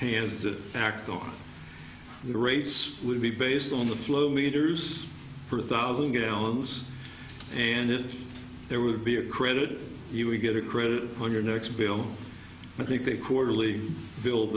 hand the act on the rates would be based on the flow meters per thousand gallons and if there would be a credit you would get a credit on your next bill i think the quarterly bil